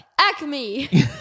Acme